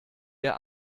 der